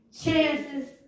chances